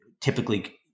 typically